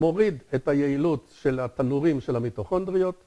‫מוריד את היעילות של התנורים ‫של המיטוכנדריות.